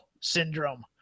syndrome